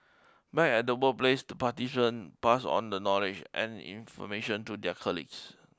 back at the workplace the participant pass on the knowledge and information to their colleagues